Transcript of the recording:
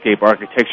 architecture